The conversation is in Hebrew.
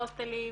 הוסטלים,